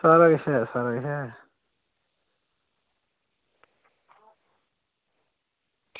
सारा किश ऐ सारा किश ऐ